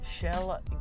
Shell